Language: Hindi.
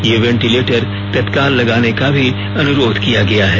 ये वेंटिलेटर तत्काल लगाने का भी अनुरोध किया गया है